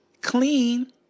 clean